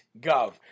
gov